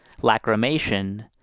lacrimation